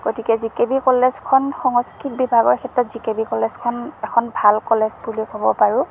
গতিকে G K B কলেজখন সংস্কৃত বিভাগৰ ক্ষেত্ৰত জি কে বি কলেজখন এখন ভাল কলেজ বুলি ক'ব পাৰোঁ